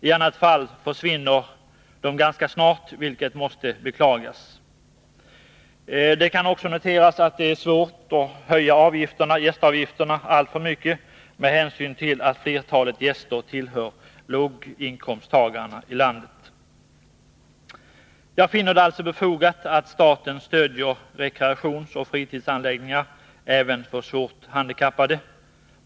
I annat fall försvinner anläggningarna ganska snart, vilket måste beklagas. Det kan också noteras att det är svårt att höja gästavgifterna alltför mycket, med hänsyn till att flertalet gäster tillhör låginkomsttagarna i landet. Jag finner det alltså befogat att staten stödjer rekreationsoch fritidsanläggningar även för svårt handikappade.